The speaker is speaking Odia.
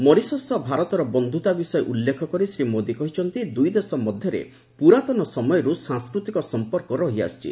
ମରିସସ୍ ସହ ଭାରତର ବନ୍ଧୁତା ବିଷୟ ଉଲ୍ଲେଖ କରି ଶ୍ରୀ ମୋଦୀ କହିଛନ୍ତି ଦୁଇଦେଶ ମଧ୍ୟରେ ପୂରାତନ ସମୟରୁ ସାଂସ୍କୃତିକ ସଂପର୍କ ରହିଆସିଛି